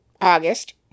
August